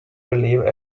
believe